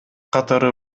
катары